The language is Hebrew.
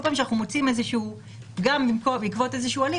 כל פעם שאנחנו מוצאים איזשהו פגם בעקבות איזשהו הליך,